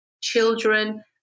children